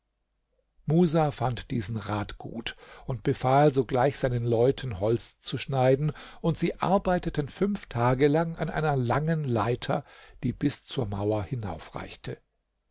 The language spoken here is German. musa fand diesen rat gut und befahl sogleich seinen leuten holz zu schneiden und sie arbeiteten fünf tage lang an einer langen leiter die bis zur mauer